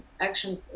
Action